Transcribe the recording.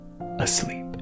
asleep